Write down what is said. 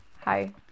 Hi